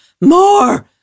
more